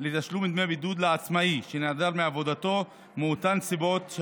לתשלום דמי בידוד לעצמאי שנעדר מעבודתו מאותן סיבות,